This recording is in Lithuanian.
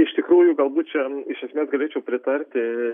iš tikrųjų galbūt čia iš esmės galėčiau pritarti